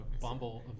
Bumble